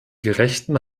gerechten